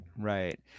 Right